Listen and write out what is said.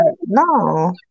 No